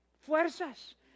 fuerzas